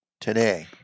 today